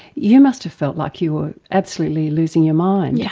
you must have felt like you were absolutely losing your mind. yes,